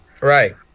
Right